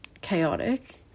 chaotic